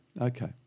okay